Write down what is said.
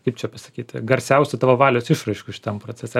kaip čia pasakyti garsiausių tavo valios išraiškų šitam procese